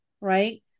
right